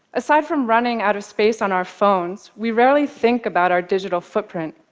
aside from running out of space on our phones, we rarely think about our digital footprint.